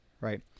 right